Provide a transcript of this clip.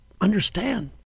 understand